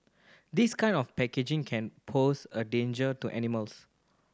this kind of packaging can pose a danger to animals